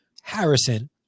Harrison